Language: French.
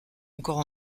encore